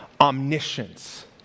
Omniscience